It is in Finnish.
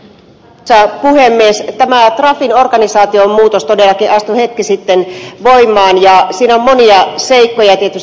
tämä trafin organisaatiomuutos todellakin astui hetki sitten voimaan ja siinä on monia seikkoja tietysti takana